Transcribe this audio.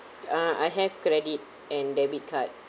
ah I have credit and debit card